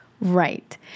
Right